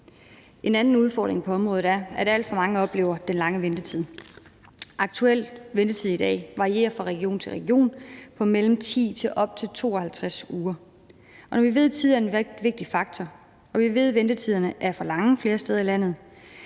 En anden udfordring på området er, at alt for mange oplever den lange ventetid. Den aktuelle ventetid i dag varierer fra region til region og er på mellem 10 og 52 uger. Og når vi ved, at tid er en vigtig faktor, og vi ved, at ventetiderne er for lange flere steder i landet,